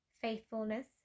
faithfulness